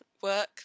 Work